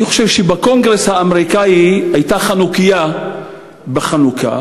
אני חושב שבקונגרס האמריקני הייתה חנוכייה בחנוכה.